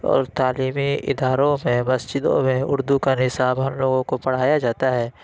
اور تعلیمی اداروں میں مسجدوں میں اُردو کا نصاب ہم لوگوں کو پڑھایا جاتا ہے